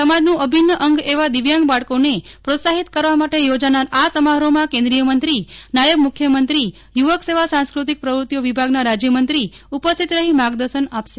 સમાજન્ડ્ અભિન્ન અંગ એવા દિવ્યાંગ બાળકોને પ્રોત્સાહિત કરવા માટે યોજાનાર આ સમારોહમાં કેન્દ્રિયમંત્રી નાયબ મૂખ્યમંત્રીયૂવકસેવા સાંસ્ક્રતિક પ્રવૃતિઓ વિભાગના રાજયમંત્રી ઉપસ્થિત રહી માર્ગદર્શન આપશે